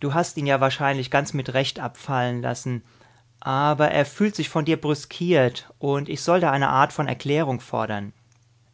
du hast ihn ja wahrscheinlich ganz mit recht abfallen lassen aber er fühlt sich von dir brüskiert und ich soll da eine art von erklärung fordern